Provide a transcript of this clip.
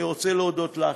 אני רוצה להודות לך,